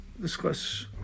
discuss